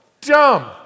dumb